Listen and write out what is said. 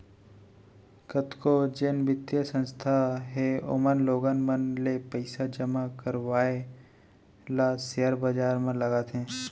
कतको जेन बित्तीय संस्था हे ओमन लोगन मन ले पइसा जमा करवाय ल सेयर बजार म लगाथे